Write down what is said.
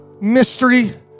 mystery